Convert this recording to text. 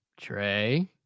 Trey